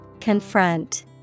Confront